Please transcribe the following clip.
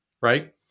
Right